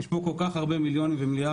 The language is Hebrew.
יש פה כל כך הרבה מיליונים ומיליארדים,